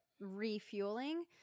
refueling